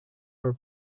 were